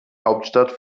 hauptstadt